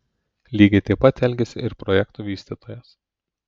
lygiai taip pat elgėsi ir projekto vystytojas